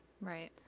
Right